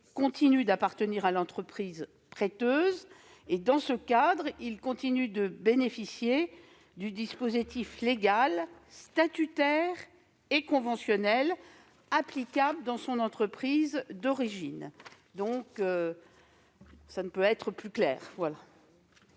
continuent d'appartenir à l'entreprise prêteuse. Dans ce cadre, ils continuent de bénéficier du dispositif légal, statutaire et conventionnel applicable dans leur entreprise d'origine. Cela ne peut pas être plus clair.